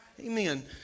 Amen